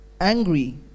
angry